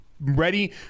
ready